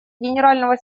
генерального